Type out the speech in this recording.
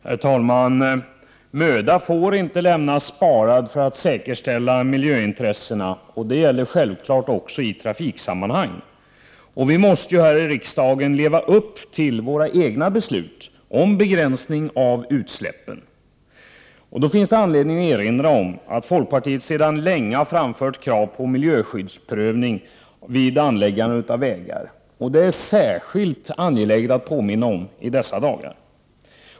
Herr talman! Någon möda får inte sparas för att säkerställa miljöintressena, och det gäller självfallet också i trafiksammanhang. Vi måste här i riksdagen leva upp till våra egna beslut om begränsning av utsläppen. Då finns det anledning att erinra om att folkpartiet sedan länge har framfört krav på miljöskyddsprövning vid anläggande av vägar, och det är särskilt angeläget att påminna om det i dessa dagar.